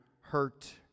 hurt